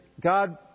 God